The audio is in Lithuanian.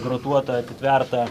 grotuota atitverta